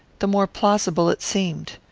the more plausible it seemed.